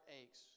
aches